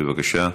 בבקשה.